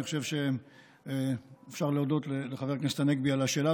אני חושב שאפשר להודות לחבר הכנסת הנגבי על השאלה.